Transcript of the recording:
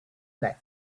left